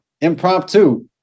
impromptu